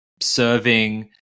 serving